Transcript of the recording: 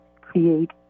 create